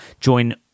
Join